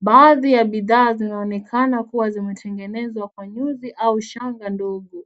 Baadhi ya bidhaa zinaonekana kua zimetengenezwa kwa nyuzi au shanga ndogo.